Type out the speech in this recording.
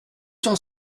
cent